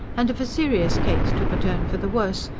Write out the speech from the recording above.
and if a serious case took a turn for the worse,